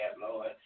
Lord